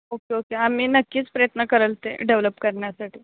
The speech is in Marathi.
ओके ओके आम्ही नक्कीच प्रयत्न करेल ते डेव्हलप करण्यासाठी